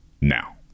now